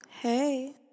hey